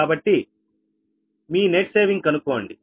కాబట్టి మీ net saving కనుక్కోండి